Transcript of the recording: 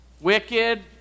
wicked